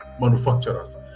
manufacturers